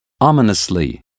ominously